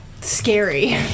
scary